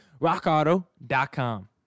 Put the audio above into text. rockauto.com